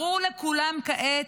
ברור לכולם כעת,